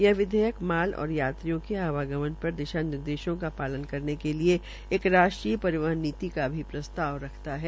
यह विधेयक माल और यात्रियों के आवागमन पर दिशा निर्देशों का पालन करने के लिये एक राष्ट्रीय परिवहन नीति का प्रस्ताव रखता है